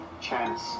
chance